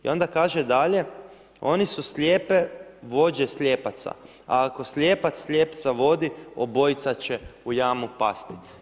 I onda kaže dalje: oni su slijepe vođe slijepaca, a ako slijepac slijepca vodi obojica će u jamu pasti.